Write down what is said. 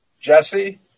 Jesse